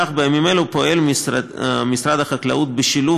כך בימים אלו פועל משרד החקלאות בשילוב